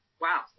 Wow